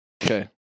Okay